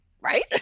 Right